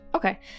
Okay